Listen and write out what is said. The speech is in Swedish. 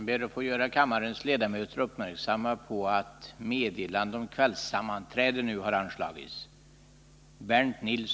Jag vill göra kammarens ledamöter uppmärksamma på att meddelande om kvällssammanträde nu har anslagits.